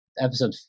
episode